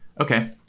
Okay